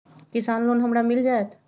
किसान लोन हमरा मिल जायत?